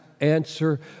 answer